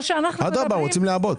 אדרבא, רוצים לעבות.